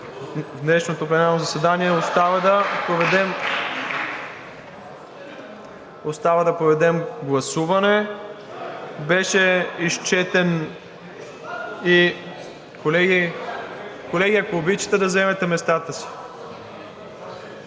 в днешното пленарно заседание остава да проведем гласуване. Беше изчетен и… (Шум и реплики.) Колеги, ако обичате да заемете местата си,